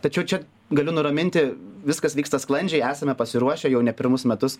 tačiau čia galiu nuraminti viskas vyksta sklandžiai esame pasiruošę jau ne pirmus metus